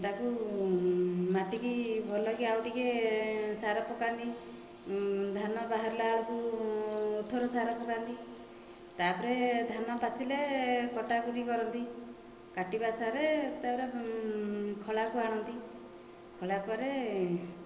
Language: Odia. ତାକୁ ମାଟିକୁ ଭଲକି ଆଉ ଟିକିଏ ସାର ପକାନ୍ତି ଧାନ ବାହାରିଲା ବେଳକୁ ଥର ସାର ପକାନ୍ତି ତା'ପରେ ଧାନ ପାଚିଲେ କଟା କୁଟି କରନ୍ତି କାଟିବା ସାରେ ତା'ପରେ ଖଳାକୁ ଆଣନ୍ତି ଖଳା ପରେ